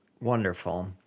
Wonderful